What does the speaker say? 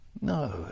no